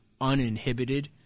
uninhibited